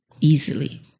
easily